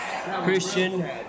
Christian